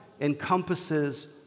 encompasses